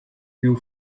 you